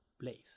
place